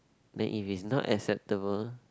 then if it's not acceptable